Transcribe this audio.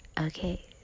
Okay